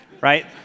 right